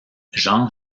jean